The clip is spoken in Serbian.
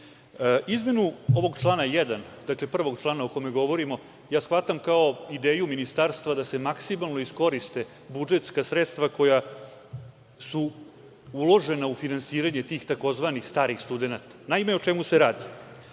bilo. Izmenu ovog člana 1, dakle prvog člana, o kome govorimo, ja shvatam kao ideju ministarstva da se maksimalno iskoriste budžetska sredstva koja su uložena u finansiranje tih tzv. starih studenata. Naime, o čemu se radi?